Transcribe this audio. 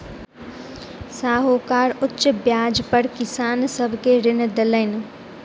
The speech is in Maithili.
साहूकार उच्च ब्याज पर किसान सब के ऋण देलैन